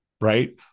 right